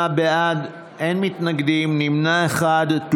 98 בעד, אין מתנגדים, נמנע אחד.